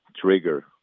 trigger